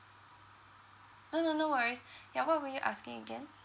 no no no worries ya what were you asking again